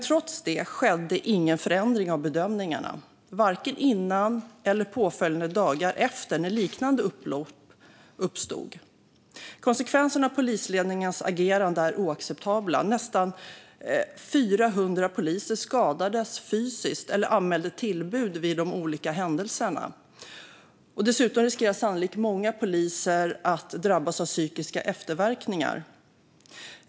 Trots det skedde ingen förändring av bedömningarna vare sig före upploppet eller under påföljande dagar, när liknande upplopp uppstod. Konsekvenserna av polisledningens agerande är oacceptabla. Nästan 400 poliser skadades fysiskt eller anmälde tillbud vid de olika händelserna. Dessutom riskerar sannolikt många poliser att drabbas av psykiska efterverkningar.